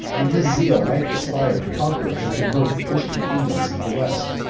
and his zeal might aspire to conquer and convert the christian kingdoms of the west,